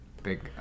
big